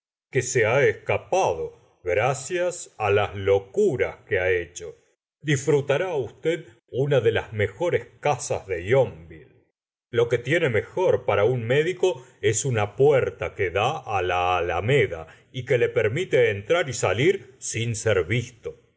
que se ha escapado gracias las locuras que ha hecho disfrutará usted una de las mejores casas de yonville lo que tiene mejor para un médico es una puerta que da la alameda y que le permite entrar y salir sin ser visto